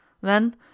then